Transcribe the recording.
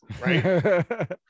Right